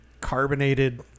carbonated